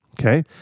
Okay